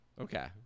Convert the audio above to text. Okay